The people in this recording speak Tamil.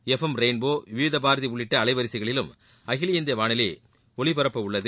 எப்ஃளம் ரெயின்போ விவித பாரதி உள்ளிட்ட அலைவரிசைகளிலும் அகில இந்திய வானொலி ஒலிபரப்பவுள்ளது